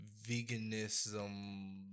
veganism